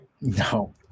no